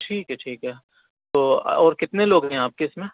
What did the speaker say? ٹھیک ہے ٹھیک ہے تو اور کتنے لوگ ہیں آپ کے اس میں